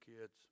kids